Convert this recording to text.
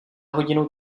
hodinu